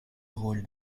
rôle